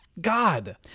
God